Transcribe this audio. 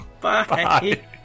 Bye